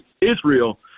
israel